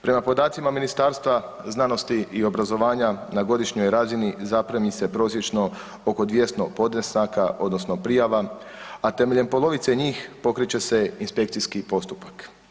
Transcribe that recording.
Prema podacima Ministarstva znanosti i obrazovanja na godišnjoj razini zaprimi se prosječno oko 200 podnesaka odnosno prijava, a temeljem polovice njih pokreće se inspekcijski postupak.